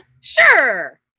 Sure